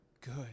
good